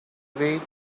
way